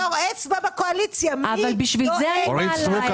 בתור אצבע בקואליציה --- אורית סטרוק,